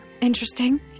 Interesting